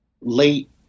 late